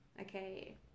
okay